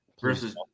Versus